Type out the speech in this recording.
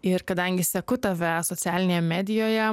ir kadangi seku tave socialinėje medijoje